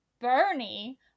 Bernie